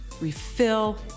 refill